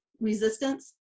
resistance